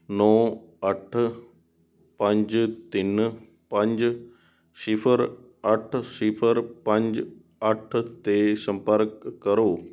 ਨੌਂ ਅੱਠ ਪੰਜ ਤਿੰਨ ਪੰਜ ਸਿਫ਼ਰ ਅੱਠ ਸਿਫ਼ਰ ਪੰਜ ਅੱਠ 'ਤੇ ਸੰਪਰਕ ਕਰੋ